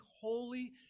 holy